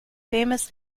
famous